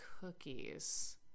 cookies